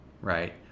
right